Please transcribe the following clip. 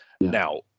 Now